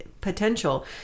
potential